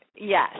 Yes